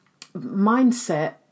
mindset